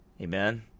Amen